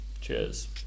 Cheers